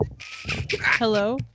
Hello